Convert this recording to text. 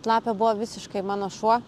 lapė buvo visiškai mano šuo